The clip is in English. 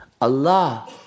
Allah